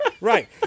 Right